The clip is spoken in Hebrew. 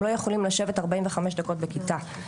הם לא יכולים לשבת 45 דקות בכיתה,